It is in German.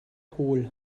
hohl